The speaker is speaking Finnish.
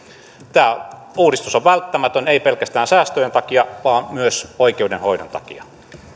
tämä uudistus on välttämätön ei pelkästään säästöjen takia vaan myös oikeudenhoidon takia